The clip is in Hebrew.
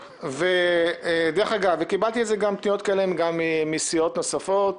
דרך אגב, קיבלתי פניות כאלה גם מסיעות נוספות